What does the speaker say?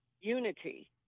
unity